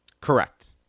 Correct